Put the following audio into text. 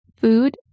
food